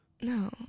no